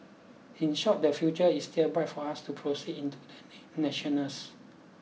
in short the future is still bright for us to proceed into the national's